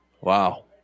Wow